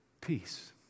Peace